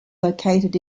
located